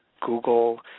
Google